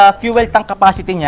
ah fuel tank capacity yeah